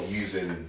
using